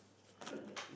true or not